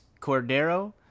Cordero